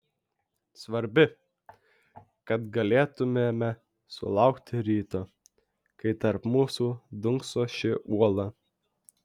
svarbi kad galėtumėme sulaukti ryto kai tarp mūsų dunkso ši uola